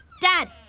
Dad